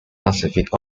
pacific